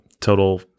total